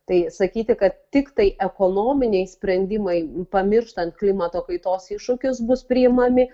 tai sakyti kad tiktai ekonominiai sprendimai pamirštant klimato kaitos iššūkius bus priimami